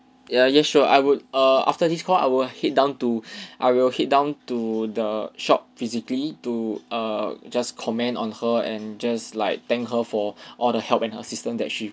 ya ya sure I would err after this call I will head down to I will head down to the shop physically to err just comment on her and just like thank her for all the help and assistance that she